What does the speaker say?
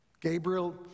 Gabriel